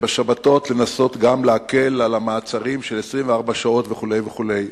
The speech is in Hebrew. ובשבתות לנסות גם להקל על המעצרים של 24 שעות וכו' וכו'.